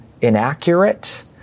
inaccurate